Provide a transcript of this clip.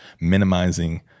minimizing